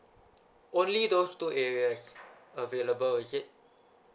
only those two areas' available is it